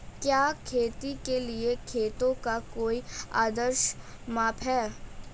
क्या खेती के लिए खेतों का कोई आदर्श माप है?